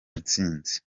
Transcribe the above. intsinzi